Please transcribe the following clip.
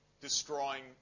destroying